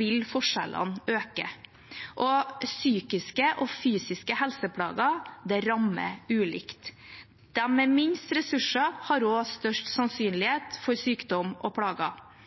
vil forskjellene øke. Psykiske og fysiske helseplager rammer ulikt. De med minst ressurser har også størst sannsynlighet for sykdom og plager,